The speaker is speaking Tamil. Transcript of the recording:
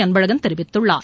அன்பழகன் தெரிவித்துள்ளார்